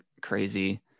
crazy